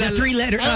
three-letter